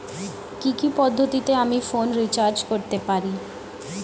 কি কি পদ্ধতিতে আমি ফোনে রিচার্জ করতে পারি?